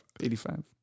85